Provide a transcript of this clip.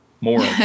more